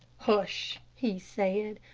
hush, he said.